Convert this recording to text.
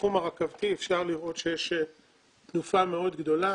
בתחום הרכבתי אפשר לראות שיש תנופה מאוד גדולה,